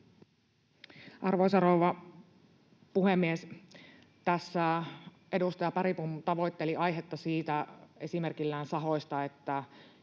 Arvoisa rouva puhemies! Tässä edustaja Bergbom tavoitteli aihetta esimerkillään sahoista, että